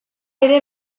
ere